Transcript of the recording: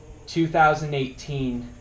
2018